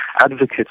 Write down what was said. advocates